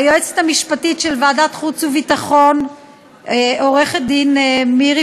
ליועצת המשפטית של ועדת החוץ והביטחון עורכת-הדין מירי